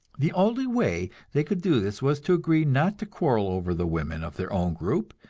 the only way they could do this was to agree not to quarrel over the women of their own group,